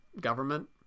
government